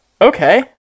okay